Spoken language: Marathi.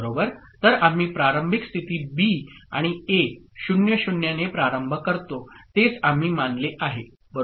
तर आम्ही प्रारंभिक स्थिती बी आणि ए 0 0 ने प्रारंभ करतो तेच आम्ही मानले आहे बरोबर